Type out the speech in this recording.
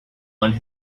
one